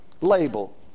label